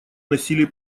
носили